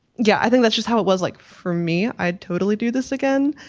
yeah, i think that's just how it was like for me, i'd totally do this again,